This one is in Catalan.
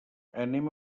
anem